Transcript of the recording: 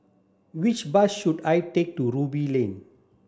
which bus should I take to Ruby Lane